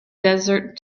desert